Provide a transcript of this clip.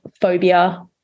phobia